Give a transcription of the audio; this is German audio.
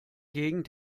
gegen